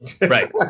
Right